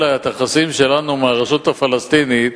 את היחסים שלנו עם הרשות הפלסטינית